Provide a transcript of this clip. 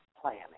planning